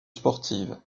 sportive